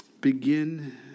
begin